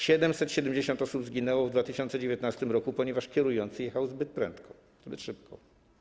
770 osób zginęło w 2019 r., ponieważ kierujący jechał zbyt szybko.